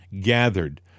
gathered